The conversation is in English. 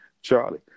Charlie